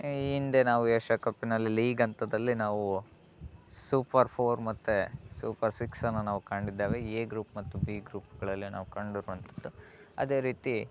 ಈ ಹಿಂದೆ ನಾವು ಏಷ್ಯಾ ಕಪ್ಪಿನಲ್ಲಿ ಲೀಗ್ ಹಂತದಲ್ಲಿ ನಾವು ಸೂಪರ್ ಫೋರ್ ಮತ್ತು ಸೂಪರ್ ಸಿಕ್ಸನ್ನು ನಾವು ಕಂಡಿದ್ದೇವೆ ಎ ಗ್ರೂಪ್ ಮತ್ತು ಬಿ ಗ್ರೂಪ್ಗಳಲ್ಲಿ ನಾವು ಕಂಡಿರುವಂಥದ್ದು ಅದೇ ರೀತಿ